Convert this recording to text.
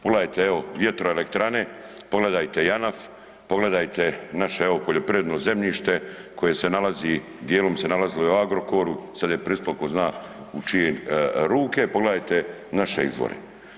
Pogledajte evo vjetroelektrane, pogledajte Janaf, pogledajte naše evo poljoprivredno zemljište koje se nalazi, dijelom se nalazilo i u Agrokoru, sad je prispjelo ko zna u čije ruke, pogledajte naše izvore.